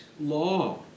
law